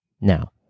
Now